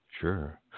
Sure